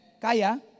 Kaya